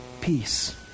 peace